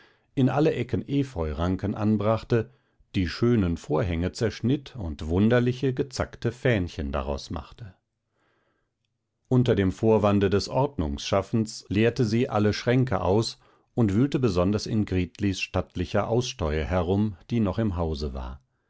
in alle ecken efeuranken anbrachte die schönen vorhänge zerschnitt und wunderliche gezackte fähnchen daraus machte unter dem vorwande des ordnungschaffens leerte sie alle schränke aus und wühlte besonders in gritlis stattlicher aussteuer herum die noch im hause war